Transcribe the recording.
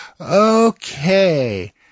Okay